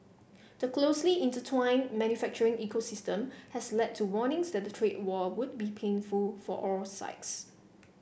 the closely intertwined manufacturing ecosystem has led to warnings that a trade war would be painful for all sides